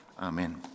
Amen